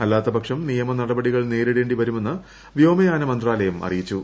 അല്ലാത്തപക്ഷം നിയമ നടപടികൾ നേരിടേണ്ടിവരുമെന്ന് വ്യോമയാന മന്ത്രാലയം അറിയിച്ചു